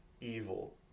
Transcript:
evil